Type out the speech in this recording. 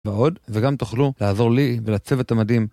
ועוד, וגם תוכלו לעזור לי ולצוות המדהים.